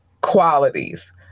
qualities